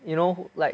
you know like